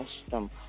custom